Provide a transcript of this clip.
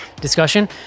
discussion